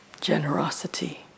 Generosity